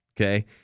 okay